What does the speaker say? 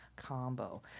Combo